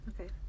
Okay